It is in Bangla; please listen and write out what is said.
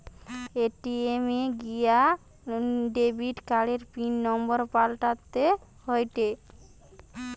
এ.টি.এম এ গিয়া ডেবিট কার্ডের পিন নম্বর পাল্টাতে হয়েটে